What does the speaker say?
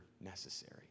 necessary